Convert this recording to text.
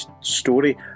story